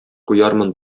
куярмын